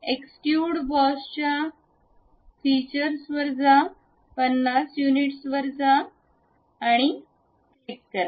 extrude बॉसच्या features वर जा 50 युनिट्सवर जा आणि क्लिक करा